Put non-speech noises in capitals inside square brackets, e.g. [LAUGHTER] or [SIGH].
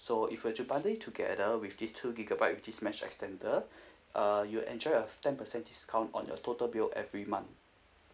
so if were to bundle it together with this two gigabyte with this mesh extender [BREATH] uh you'll enjoy a ten percent discount on your total bill every month